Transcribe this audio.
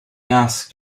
asked